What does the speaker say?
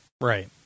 Right